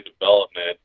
development